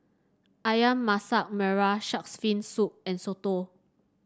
ayam Masak Merah shark's fin soup and soto